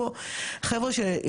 אז מן הסתם כל ה- 30 מיליון,